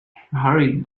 hurried